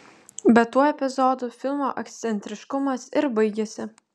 bet tuo epizodu filmo ekscentriškumas ir baigiasi